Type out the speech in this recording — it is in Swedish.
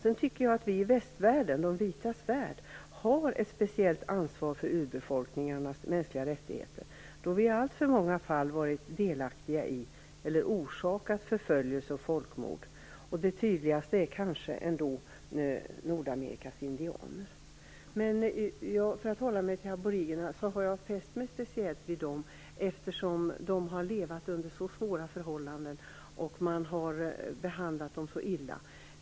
Jag tycker att vi i västvärlden, de vitas värld, har ett speciellt ansvar för urbefolkningarnas mänskliga rättigheter då vi i alltför många fall varit delaktiga i eller orsakat förföljelse och folkmord. Det tydligaste exemplet är kanske Nordamerikas indianer. För att hålla mig till aboriginerna: Jag har fäst mig speciellt vid dem, eftersom de har levt under så svåra förhållanden och blivit så illa behandlade.